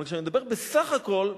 אבל כשאני מדבר בסך הכול,